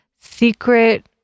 secret